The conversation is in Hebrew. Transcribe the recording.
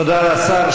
תודה לשר.